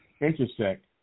intersect